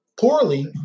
poorly